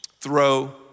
throw